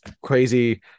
crazy